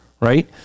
right